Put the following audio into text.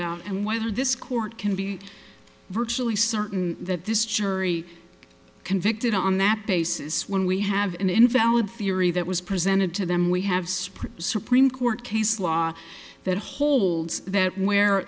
doubt and whether this court can be virtually certain that this jury convicted on that basis when we have an invalid theory that was presented to them we have supreme supreme court case law that holds that where